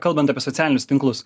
kalbant apie socialinius tinklus